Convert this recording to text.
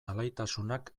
alaitasunak